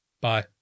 Bye